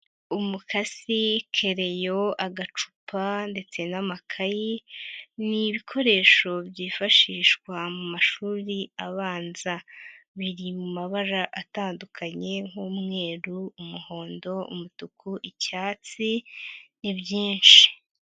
Umukasi, kereyo, agacupa ndetse n'amakayi, ni ibikoresho byifashishwa mu mashuri abanza. Biri mu mabara atandukanye nk'umweru, umuhondo, umutuku, icyatsi, ni byinshi.